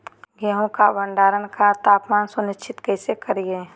गेहूं का भंडारण का तापमान सुनिश्चित कैसे करिये?